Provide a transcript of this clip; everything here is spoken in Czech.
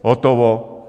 Hotovo.